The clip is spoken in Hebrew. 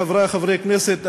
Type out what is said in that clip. חברי חברי הכנסת,